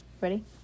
ready